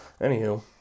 Anywho